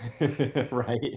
right